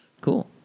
Cool